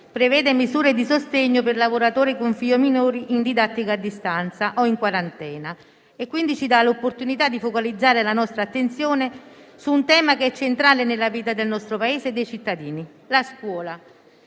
prevede misure di sostegno per lavoratori con figli minori in didattica a distanza o in quarantena. Ci dà l'opportunità quindi di focalizzare la nostra attenzione su un tema centrale nella vita del nostro Paese e dei cittadini: la scuola.